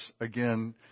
again